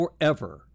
forever